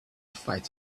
fight